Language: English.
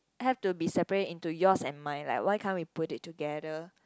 have to be separate into yours and mine like why can't we put it together